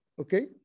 Okay